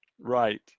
Right